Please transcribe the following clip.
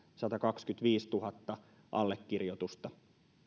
satakaksikymmentäviisituhatta allekirjoitusta